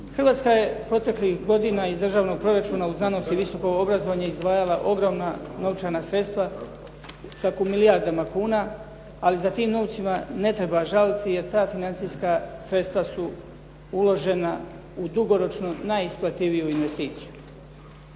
Hrvatska je proteklih godina iz državnog proračuna u znanost i visoko obrazovanje izdvajala ogromna novčana sredstva čak u milijardama kuna, ali za tim novcima ne treba žaliti jer ta financijska sredstva su uložena u dugoročno najisplativiju investiciju.